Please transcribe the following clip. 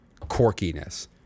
quirkiness